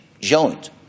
joint